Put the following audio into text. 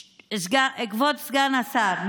כבוד סגן השר,